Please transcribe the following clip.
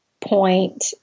point